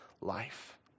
life